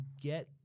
get